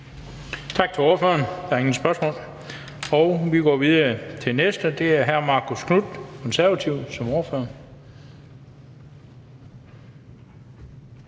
Tak til ordføreren. Der er ingen spørgsmål. Vi går videre til den næste, og det er hr. Marcus Knuth, Konservative, som ordfører.